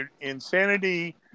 insanity